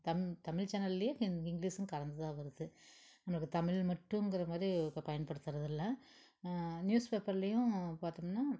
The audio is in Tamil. தம் தமிழ் சேனல்லயே இங் இங்கிலீஷும் கலந்து தான் வருது நம்மளுக்கு தமிழ் மட்டும்ங்கிற மாதிரி பயன்படுத்துகிறது இல்லை நியூஸ் பேப்பர்லேயும் பார்த்தோம்னா